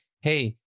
hey